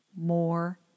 more